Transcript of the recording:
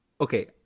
Okay